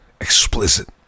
explicit